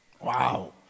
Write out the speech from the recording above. Wow